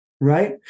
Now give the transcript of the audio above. Right